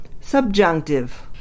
Subjunctive